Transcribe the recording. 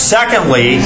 Secondly